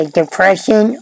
depression